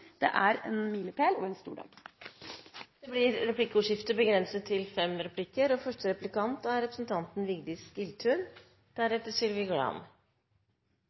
Det er en milepæl og en stor dag. Det blir replikkordskifte.